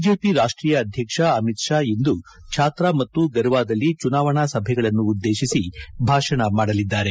BJP ರಾಷ್ಟೀಯ ಅಧ್ಯಕ್ಷ ಅಮಿತ್ ಶಾ ಇಂದು ಛಾತ್ರಾ ಮತ್ತು ಗರ್ವಾದಲ್ಲಿ ಚುನಾವಣಾ ಸಭೆಗಳನ್ನು ಉದ್ದೇಶಿಸಿ ಭಾಷಣ ಮಾಡಲಿದ್ದಾರೆ